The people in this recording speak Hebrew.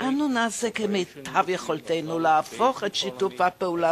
ואנו נעשה כמיטב יכולתנו להפוך את שיתוף הפעולה